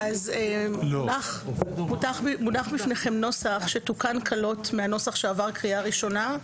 מונח בפניכם נוסח שתוקן קלות מהנוסח שעבר קריאה ראשונה.